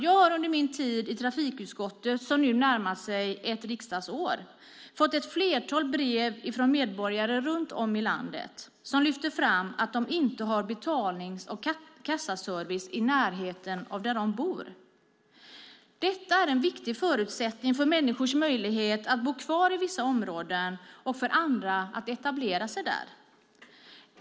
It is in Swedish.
Jag har under min tid i trafikutskottet, som nu närmar sig ett riksdagsår, fått ett flertal brev från medborgare runt om i landet som lyfter fram att de inte har betalnings och kassaservice i närheten av bostaden. Det är en viktig förutsättning för människors möjlighet att bo kvar i vissa områden och för andra att etablera sig där.